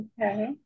Okay